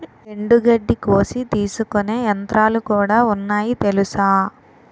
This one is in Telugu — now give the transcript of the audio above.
ఎండుగడ్డి కోసి తీసుకునే యంత్రాలుకూడా ఉన్నాయి తెలుసా?